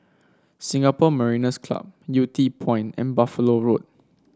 Singapore Mariners' Club Yew Tee Point and Buffalo Road